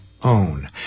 own